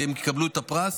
והם יקבלו את הפרס.